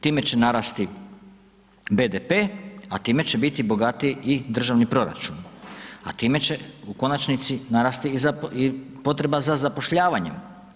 Time će narasti BDP, a time će biti bogatiji i državni proračun, a time će u konačnici narasti i potreba za zapošljavanjem.